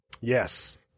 Yes